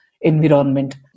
environment